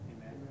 Amen